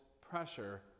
pressure